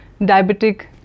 diabetic